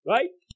Right